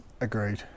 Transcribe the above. agreed